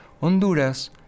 Honduras